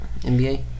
NBA